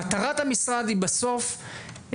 מטרת המשרד היא בסוף,